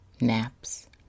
naps